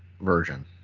version